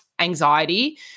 anxiety